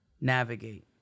navigate